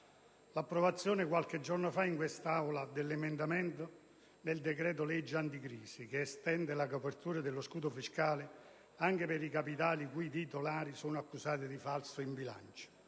l'approvazione qualche giorno fa, in quest'Aula, dell'emendamento, al decreto-legge anticrisi, che estende la copertura dello scudo fiscale anche per i capitali i cui titolari sono accusati di falso in bilancio.